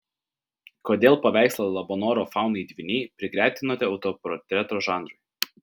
kodėl paveikslą labanoro faunai dvyniai prigretinote autoportreto žanrui